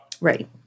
Right